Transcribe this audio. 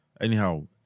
Anyhow